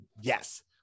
Yes